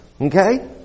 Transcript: Okay